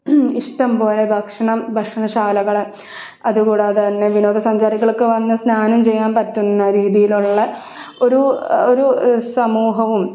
ഇഷ്ടം പോലെ ഭക്ഷണം ഭക്ഷണശാലകൾ അതുകൂടാതെ തന്നെ വിനോദസഞ്ചാരികൾക്ക് വന്ന് സ്നാനം ചെയ്യാൻ പറ്റുന്ന രീതിയിലുള്ള ഒരു ഒരു സമൂഹവും